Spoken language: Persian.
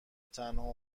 تنها